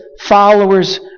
followers